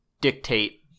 dictate